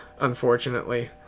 unfortunately